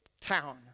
town